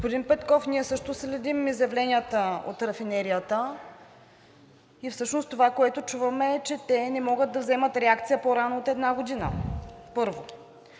Господин Петков, ние също следим изявленията от рафинерията и всъщност това, което чуваме, е, че те не могат да вземат реакция по-рано от една година, първо.